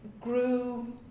grew